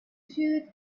should